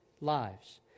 lives